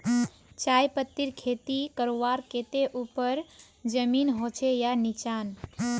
चाय पत्तीर खेती करवार केते ऊपर जमीन होचे या निचान?